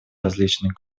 различных